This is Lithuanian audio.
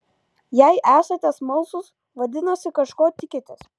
jei esate smalsūs vadinasi kažko tikitės